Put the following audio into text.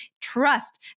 trust